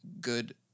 good